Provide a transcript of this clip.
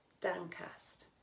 downcast